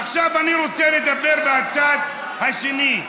עכשיו אני רוצה לדבר מהצד השני.